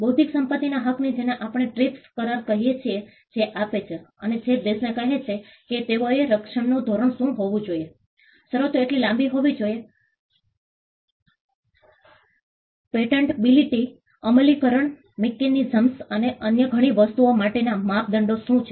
બૌદ્ધિક સંપત્તિના હકનું જેને આપણે ટ્રીપ્સ કરાર કહીએ છીએ જે આપે છે અને જે દેશને કહે છે કે તેઓને રક્ષણનું ધોરણ શું હોવું જોઈએ શરતો કેટલી લાંબી હોવી જોઈએ પેટન્ટબિલિટી અમલીકરણ મિકેનિઝમ્સ અને અન્ય ઘણી વસ્તુઓ માટેના માપદંડો શું છે